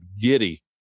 giddy